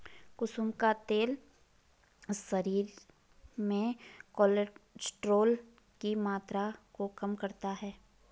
कुसुम का तेल शरीर में कोलेस्ट्रोल की मात्रा को कम करता है